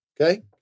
Okay